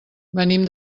venim